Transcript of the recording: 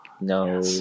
no